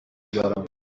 دارم